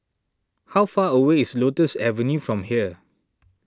how far away is Lotus Avenue from here